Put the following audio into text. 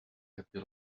happy